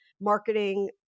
marketing